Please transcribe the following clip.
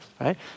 right